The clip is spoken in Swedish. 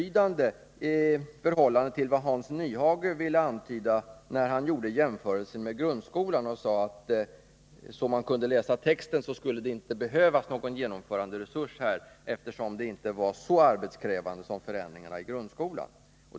Hans Nyhage gjorde en jämförelse med grundskolan och sade att det enligt vad man kan utläsa av texten här inte skulle behövas någon genomföranderesurs, eftersom dessa förändringar inte är så arbetskrävande som förändringarna i grundskolan.